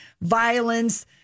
violence